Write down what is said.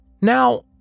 Now